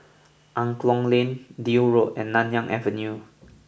Angklong Lane Deal Road and Nanyang Avenue